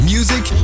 Music